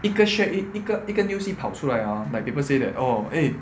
一个 share 一个一个 news 一跑出来 hor people like say eh